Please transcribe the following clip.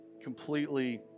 completely